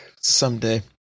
Someday